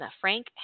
Frank